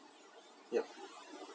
yup